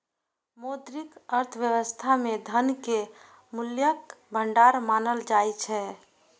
मौद्रिक अर्थव्यवस्था मे धन कें मूल्यक भंडार मानल जाइ छै